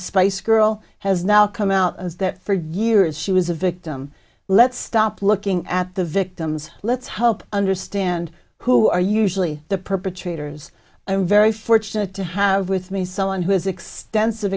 spice girl has now come out as that for years she was a victim let's stop looking at the victims let's hope understand who are usually the perpetrators i am very fortunate to have with me someone who has extensive